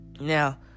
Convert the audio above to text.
Now